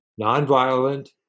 nonviolent